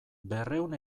berrehun